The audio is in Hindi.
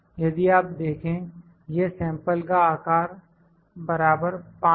यदि आप देखें यह सैंपल का आकार 5 है